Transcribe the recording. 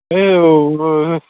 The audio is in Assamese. এই